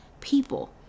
people